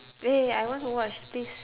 eh I want to watch please